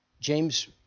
James